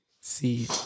See